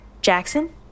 Jackson